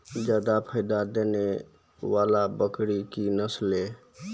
जादा फायदा देने वाले बकरी की नसले?